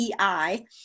EI